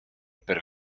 per